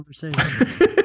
conversation